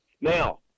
Now